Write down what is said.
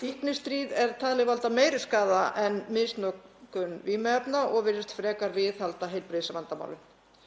Fíknistríðið er talið valda meiri skaða en misnotkun vímuefna og virðist frekar viðhalda heilbrigðisvandamálum.“